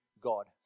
God